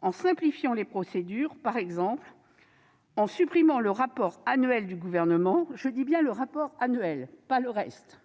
en simplifiant les procédures, par exemple en supprimant le rapport annuel du Gouvernement, mais pas le reste.